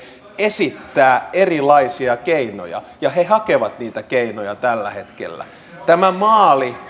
esittää erilaisia keinoja ja he hakevat niitä keinoja tällä hetkellä tämä maali